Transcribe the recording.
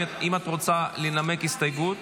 האם את רוצה לנמק הסתייגות?